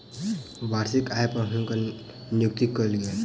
वार्षिक आय पर हुनकर नियुक्ति कयल गेल